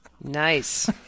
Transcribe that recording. Nice